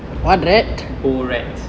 borat